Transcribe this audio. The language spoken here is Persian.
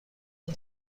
این